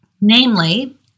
Namely